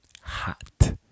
hot